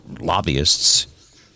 lobbyists